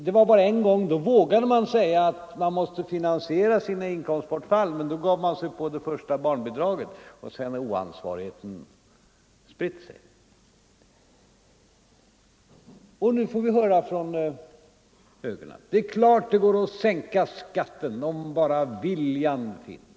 Det var bara en gång som man vågade säga att man måste finansiera sina inkomstbortfall, men då gav man sig på det första barnbidraget, och sedan har oansvarigheten spritt sig. Nu får vi höra från höger: Det är klart att det går att sänka skatten om bara viljan finns.